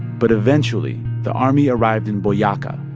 but eventually, the army arrived in boyaca,